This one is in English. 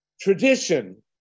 tradition